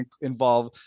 involve